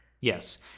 yes